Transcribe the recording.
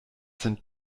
sind